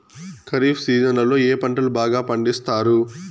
ఖరీఫ్ సీజన్లలో ఏ పంటలు బాగా పండిస్తారు